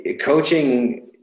coaching